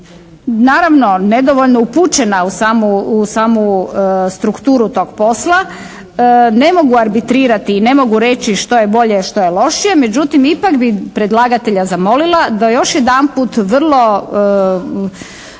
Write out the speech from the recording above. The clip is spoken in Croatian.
Naravno nedovoljno upućena u samu strukturu tog posla ne mogu arbitrirati i ne mogu reći što je bolje i što je lošije. Međutim ipak bi predlagatelja zamolila da još jedanput vrlo